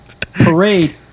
Parade